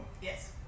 Yes